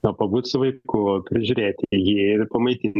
na pabūt su vaiku prižiūrėti jį ir pamaitint norisi ir